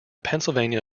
pennsylvania